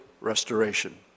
restoration